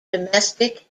domestic